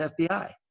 FBI